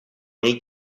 may